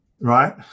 right